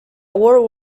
world